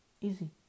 Easy